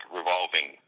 revolving